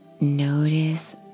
Notice